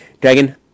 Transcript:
Dragon